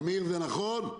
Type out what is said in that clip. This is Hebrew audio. אמיר, זה נכון?